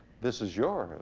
this is yours.